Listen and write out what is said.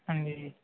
ਹਾਂਜੀ